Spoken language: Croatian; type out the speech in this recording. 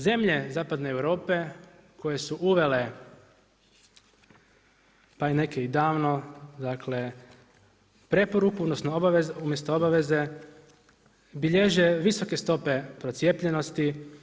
Zemlje zapadne Europe koje su uvele pa neke i davno, dakle preporuku odnosno umjesto obaveze, bilježe visoke stope procijepljenosti.